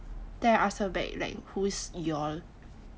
then I ask her back like who is ya'll